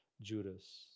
Judas